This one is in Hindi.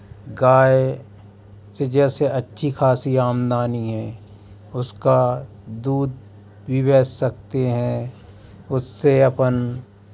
गाय से जैसे अच्छी ख़ासी आमदानी है उसका दूध पिबा सकते हैं उससे अपन